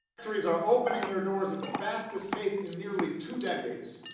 factories are opening their doors at the fastest pace in nearly two decades.